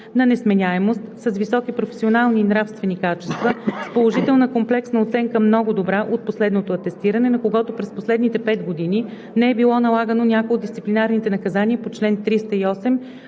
на несменяемост, с високи професионални и нравствени качества, с положителна комплексна оценка „много добра“ от последното атестиране, на когото през последните 5 години не е било налагано някое от дисциплинарните наказания по чл. 308,